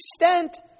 extent